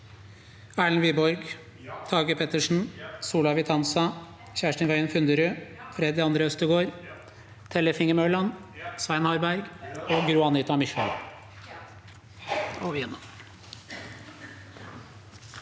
Erlend Wiborg, Tage Pettersen, Solveig Vitanza, Kjersti Wøyen Funderud, Freddy André Øvstegård, Tellef Inge Mørland, Svein Harberg og Gro Anita Mykjåland.